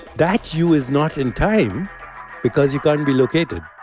that you is not in time because you can't be located